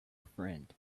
friend